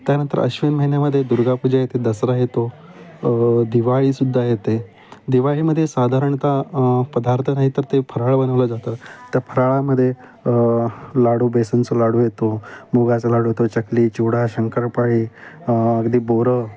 त्यानंतर अश्विन महिन्यामधे दुर्गापूजा येते दसरा येतो दिवाळीसुद्धा येते दिवाळीमधे साधारणता पधार्थ नाही तर ते फराळ बनवलं जातं त्या फराळामदे लाडू बेसनचं लाडू येतो मुगाचं लाडू येतो चकली चिडा शंकरपाळी अगदी बोरं